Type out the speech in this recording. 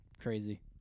crazy